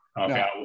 Okay